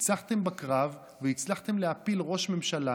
ניצחתם בקרב והצלחתם להפיל ראש ממשלה